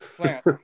plant